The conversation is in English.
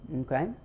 Okay